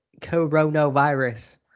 coronavirus